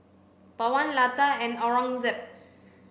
Pawan Lata and Aurangzeb